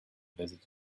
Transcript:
visited